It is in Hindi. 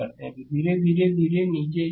तो धीरे धीरे और धीरे धीरे नीचे आओ